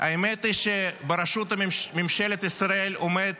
האמת היא שבראשות ממשלת ישראל עומד